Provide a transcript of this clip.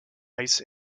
ice